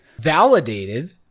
validated